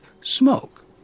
smoke